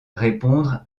répondre